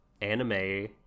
anime